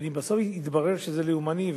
אבל אם בסוף יתברר שזה לאומני,